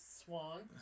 Swan